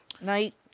night